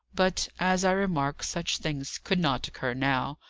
but, as i remark, such things could not occur now.